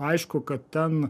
aišku kad ten